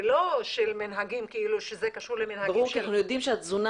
ולא שזה קשור למנהגים ברור כי אנחנו יודעים שהתזונה